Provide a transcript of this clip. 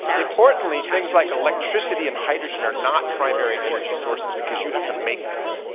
importantly, things like electricity and hydrogen are not primary energy sources because you have to make those,